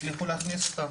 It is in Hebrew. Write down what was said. הצליחו להכניס אותה.